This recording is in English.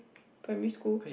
primary school